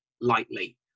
lightly